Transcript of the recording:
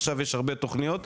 עכשיו יש הרבה תוכניות,